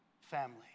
family